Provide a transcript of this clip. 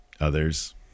others